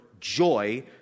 joy